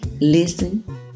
Listen